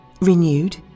renewed